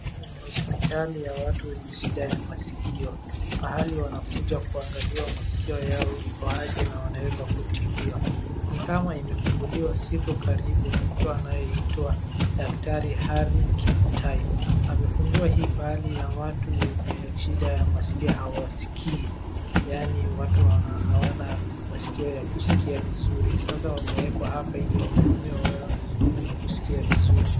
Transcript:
Hii ni hospitali ya watu wenye shida ya maskio, pahali wanakuja kuangaliwa maskio yao iko aje na wanaweza kutibiwa. Ni kama imefunguliwa siku karibu, na mtu anayeitwa daktari Harry Kimutai. Amefungua hii pahali ya watu wenye shida ya maskio, hawaskii, yaani watu hawana maskio ya kuskia vizuri. Sasa wamewekwa hapa ili wahudumiwe wawe wenye kuskia vizuri.